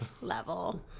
level